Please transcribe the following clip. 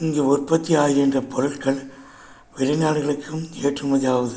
இங்கே உற்பத்தி ஆகின்ற பொருட்கள் வெளி நாடுகளுக்கும் ஏற்றுமதி ஆகுது